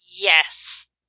Yes